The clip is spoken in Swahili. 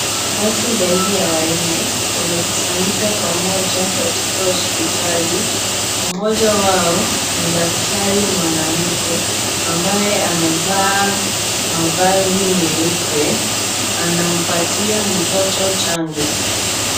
Watu zaidi ya wanne, wamekusanyika pamoja katika hospitali. Mmoja wao ni daktari mwanamke, ambaye amevaa mavazi meupe. Anampatia mtoto chanjo.